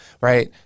right